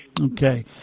Okay